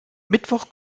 mittwoch